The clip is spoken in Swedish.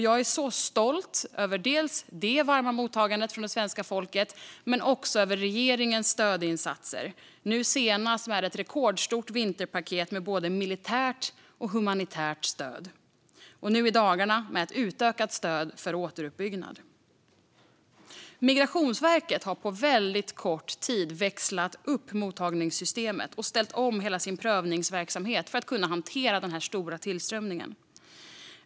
Jag är stolt dels över det varma mottagandet från svenska folket, dels över regeringens stödinsatser, nu senast med ett rekordstort vinterpaket med både militärt och humanitärt stöd och i dagarna ett utökat stöd för återuppbyggnad. Migrationsverket har på väldigt kort tid växlat upp mottagningssystemet och ställt om hela sin prövningsverksamhet för att kunna hantera denna stora tillströmning.